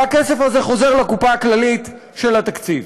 והכסף הזה חוזר לקופה הכללית של התקציב.